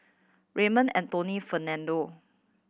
Raymond Anthony Fernando